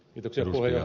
kiitoksia puhemies